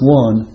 one